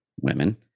women